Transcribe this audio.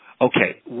Okay